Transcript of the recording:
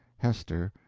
hester,